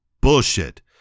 Bullshit